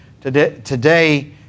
today